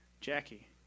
Jackie